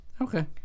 Okay